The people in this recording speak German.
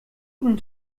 guten